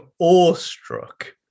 awestruck